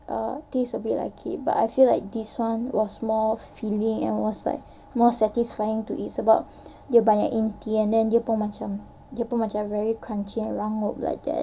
err taste a bit like it but I feel like this one was more filling and was like more satisfying to eat sebab dia banyak inti and then dia pun macam dia pun macam very crunchy rangup like that